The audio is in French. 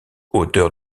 auteur